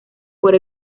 por